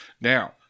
now